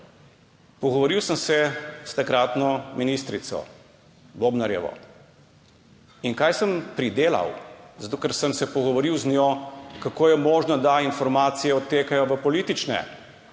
Pogovoril sem se s takratno ministrico Bobnarjevo. In kaj sem pridelal zato, ker sem se pogovoril z njo, kako je možno, da informacije odtekajo v politične